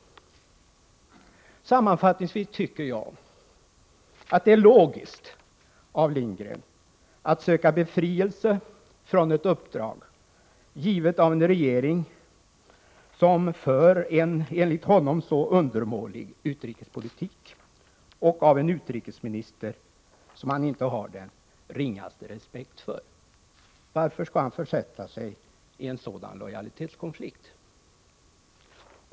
jedåmots Sc Sammanfattningsvis tycker jag att det är logiskt av Lindgren att söka UD:santa Ar 2 befrielse från ett uppdrag, givet av en regering som för en enligt honom så näfand Ernie undermålig utrikespolitik och av en utrikesminister som han inte har den ringaste respekt för. Varför skall han försätta sig i en sådan lojalitetskonflikt?